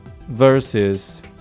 versus